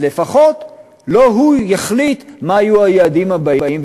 אז לפחות לא הוא יחליט מה יהיו היעדים הבאים,